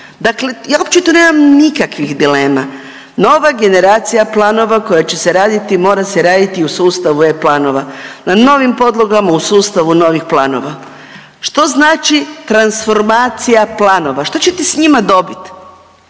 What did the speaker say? Dakle, ja očito nemam nikakvih dilema. Nova generacija planova koja će se raditi mora se raditi u sustavu e-planova na novim podlogama u sustavu novih planova. Što znači transformacija planova? Što ćete sa njima dobiti?